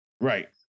right